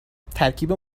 ترکیب